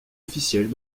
officielles